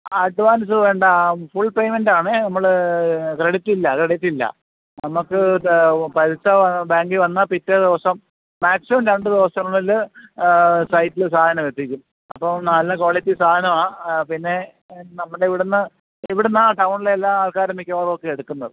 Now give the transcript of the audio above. ആ അഡ്വാന്സ് വേണ്ടാ ഫുള് പേയ്മെൻറ്റാണേ നമ്മൾ ക്രെഡിറ്റില്ല ക്രെഡിറ്റില്ല നമുക്ക് ഇത് പൈസാ ബാങ്കി വന്നാൽ പിറ്റേ ദിവസം മാക്സിമം രണ്ട് ദിവസത്തിനുള്ളിൽ സൈറ്റിൽ സാധനം എത്തിക്കും അപ്പം നല്ല ക്വാളിറ്റി സാധനമാണ് പിന്നെ നമ്മുടെ ഇവിടെന്ന് ഇവിടെന്ന് ടൌണിലെ എല്ലാ ആള്ക്കാരും മിക്കവാറും ഒക്കെ എടുക്കുന്നത്